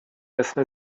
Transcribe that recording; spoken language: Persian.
اسم